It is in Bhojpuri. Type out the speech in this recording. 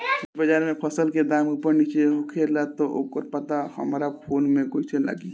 रोज़ बाज़ार मे फसल के दाम ऊपर नीचे होखेला त ओकर पता हमरा फोन मे कैसे लागी?